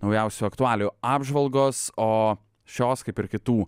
naujausių aktualijų apžvalgos o šios kaip ir kitų